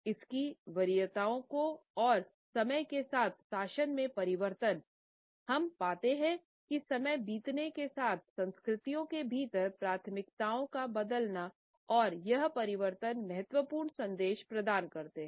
इसकी वरीयताओं को और समय के साथ शासन में परिवर्तन हम पाते हैं कि समय बीतने के साथ संस्कृतियों के भीतर प्राथमिकताओं का बदलना और यह परिवर्तन महत्वपूर्ण संदेश प्रदान करते हैं